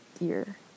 year